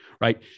right